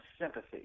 sympathy